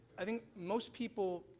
i think most people